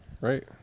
right